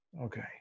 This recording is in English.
Okay